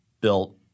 built